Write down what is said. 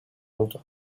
oldu